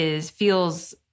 feels